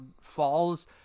falls